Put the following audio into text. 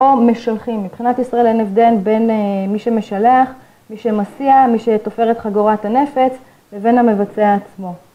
או משלחים. מבחינת ישראל אין הבדל בין מי שמשלח, מי שמסיע, מי שתופר את חגורת הנפץ, ובין המבצע עצמו.